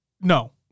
no